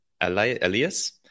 Elias